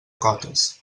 cotes